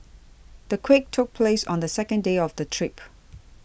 the quake took place on the second day of the trip